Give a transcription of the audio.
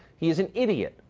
he is an idiot.